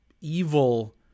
evil